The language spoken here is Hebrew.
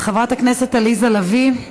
חברת הכנסת עליזה לביא,